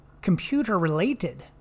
computer-related